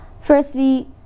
firstly